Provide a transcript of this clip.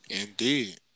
indeed